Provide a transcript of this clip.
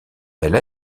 elle